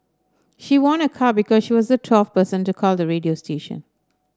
she won a car because she was the twelfth person to call the radio station